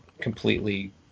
completely